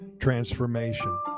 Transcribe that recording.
transformation